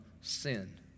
sin